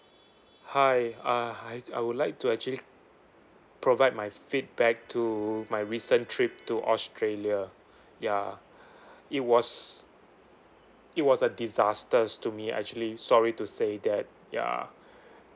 hi uh I I would like to actually provide my feedback to my recent trip to australia ya it was it was a disasters to me actually sorry to say that ya